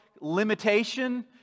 limitation